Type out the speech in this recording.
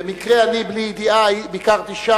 המדינה בנתה,